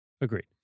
Agreed